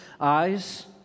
eyes